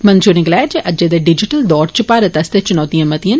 मंत्री होरें गलाया जे अज्जै दे डिजिटल दौर इच भारत आस्तै चुनौतियां मतियां न